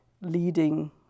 leading